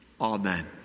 Amen